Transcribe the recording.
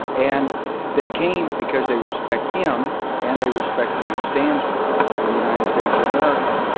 and they came because they respect him and they respect what he stands for in the united states of america.